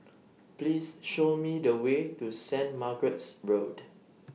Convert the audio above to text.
Please Show Me The Way to Saint Margaret's Road